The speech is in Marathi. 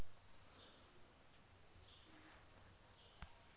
माझी आई माझ्यासाठी आलू पराठे बनवते, मला आलू पराठे आवडतात